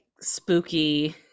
spooky